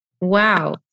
Wow